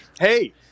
Hey